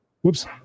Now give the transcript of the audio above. whoops